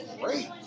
great